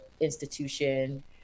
institution